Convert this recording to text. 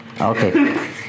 Okay